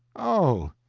oh!